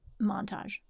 montage